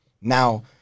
Now